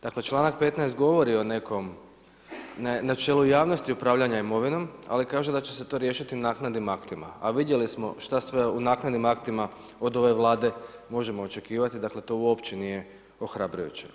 Dakle, članak 15. govori o nekom načelu javnosti upravljanja imovinom, ali kaže da će se to riješiti naknadnim aktima, a vidjeli smo što sve u naknadnim aktima od ove Vlade možemo očekivati dakle to uopće nije ohrabrujuće.